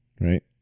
right